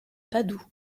padoue